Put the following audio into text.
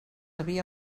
havia